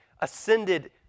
ascended